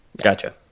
Gotcha